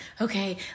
okay